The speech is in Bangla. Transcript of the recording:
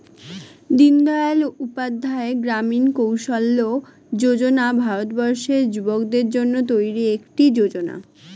দিনদয়াল উপাধ্যায় গ্রামীণ কৌশল্য যোজনা ভারতবর্ষের যুবকদের জন্য তৈরি একটি যোজনা